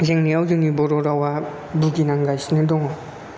जेंनायाव जोंनि बर' रावा बुगि नांगासिनो दङ